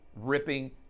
ripping